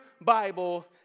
Bible